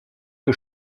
que